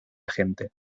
gente